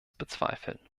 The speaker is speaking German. bezweifeln